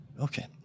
Okay